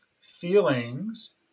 feelings